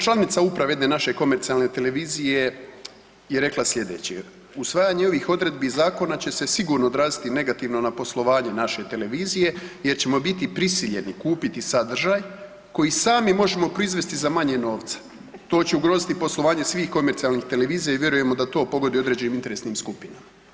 Jedna članica uprave jedne naše komercijalne televizije je rekla sljedeće: „Usvajanje ovih odredbi iz Zakona će se sigurno odraziti negativno na poslovanje naše televizije jer ćemo biti prisiljeni kupiti sadržaj koji sami možemo proizvesti za manje novca.“ To će ugroziti poslovanje svih komercijalnih televizija i vjerujemo da to pogoduje određenim interesnim skupinama.